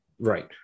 right